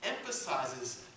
emphasizes